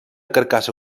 carcassa